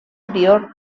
prior